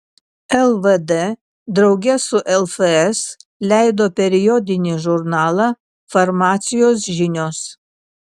lvd drauge su lfs leido periodinį žurnalą farmacijos žinios